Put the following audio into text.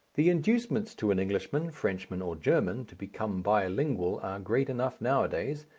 the inducements to an englishman, frenchman or german to become bi-lingual are great enough nowadays,